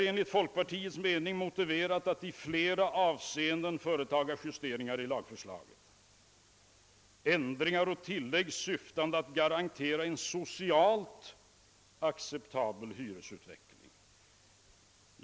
——— Enligt vår mening är det dessutom motiverat att i flera avseenden företaga direkta justeringar i lagförslaget.» Motionärerna föreslår därför »vissa ändringar och tillägg syftande till att garantera en socialt acceptabel hyresutveckling».